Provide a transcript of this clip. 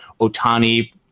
otani